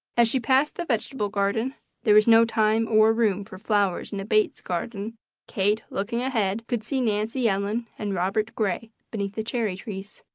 as she passed the vegetable garden there was no time or room for flowers in a bates garden kate, looking ahead, could see nancy ellen and robert gray beneath the cherry trees.